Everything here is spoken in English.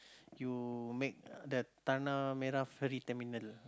you make the tanah-merah ferry terminal